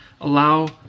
Allow